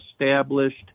established